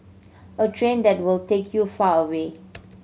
a train that will take you far away